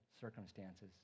circumstances